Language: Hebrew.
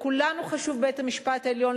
לכולנו חשוב בית-המשפט העליון,